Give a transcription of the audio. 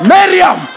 Miriam